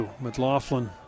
McLaughlin